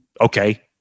okay